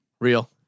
Real